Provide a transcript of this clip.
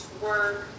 work